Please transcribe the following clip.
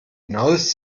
genaues